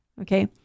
Okay